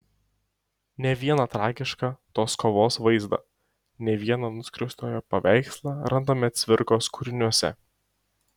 ne vieną tragišką tos kovos vaizdą ne vieną nuskriaustojo paveikslą randame cvirkos kūriniuose